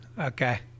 Okay